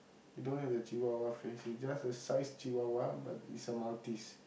he don't have the Chihuahua face is just the size Chihuahua but is a Maltese